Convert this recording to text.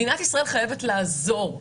מדינת ישראל חייבת לעזור.